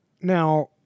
Now